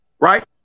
right